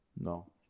No